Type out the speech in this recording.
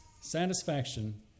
satisfaction